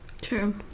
True